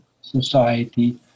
society